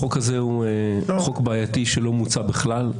החוק הזה הוא חוק בעייתי שלא מוצה בכלל.